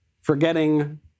forgetting